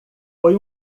foi